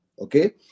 Okay